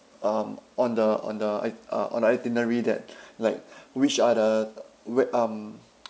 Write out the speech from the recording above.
um on the on the i~ uh on the itinerary that like which are the wh~ um